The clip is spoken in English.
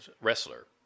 wrestler